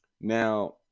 Now